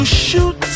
shoot